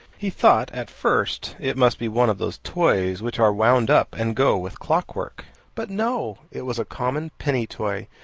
he thought at first it must be one of those toys which are wound up and go with clockwork but no, it was a common penny toy,